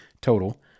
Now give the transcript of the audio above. Total